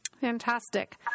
Fantastic